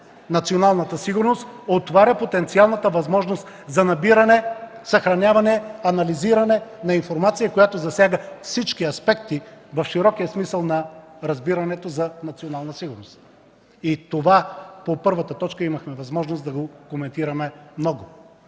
националната сигурност, отваря потенциалната възможност за набиране, съхраняване, анализиране на информация, която засяга всички аспекти в широкия смисъл на разбирането за национална сигурност. Имахме възможност да коментираме много